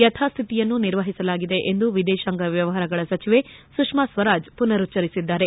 ಯಥಾಸ್ಥಿತಿಯನ್ನು ನಿರ್ವಹಿಸಲಾಗಿದೆ ಎಂದು ವಿದೇತಾಂಗ ವ್ಯವಹಾರಗಳ ಸಚಿವೆ ಸುಷ್ಮಾ ಸ್ವರಾಜ್ ಪುನರುಚ್ಚರಿಸಿದ್ದಾರೆ